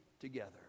together